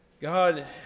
God